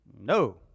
No